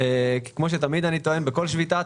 כמו שאני תמיד טוען בכל שביתה,